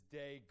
day